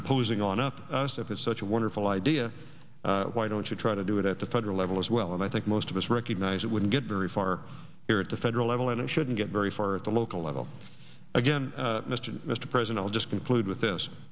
imposing on a us if it's such a wonderful idea why don't you try to do it at the federal level as well and i think most of us recognize it wouldn't get very far here at the federal level and it shouldn't get very far at the local level again mr mr president just conclude with this